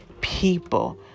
people